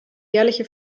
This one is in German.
jährliche